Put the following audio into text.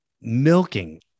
milking